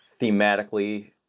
thematically